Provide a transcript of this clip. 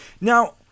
Now